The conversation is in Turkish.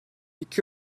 iki